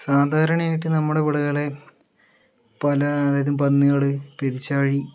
സാധാരണയായിട്ട് നമ്മുടെ ഇവിടകളിൽ പല അതായത് പന്നികൾ പെരുച്ചാഴി